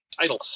title